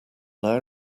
now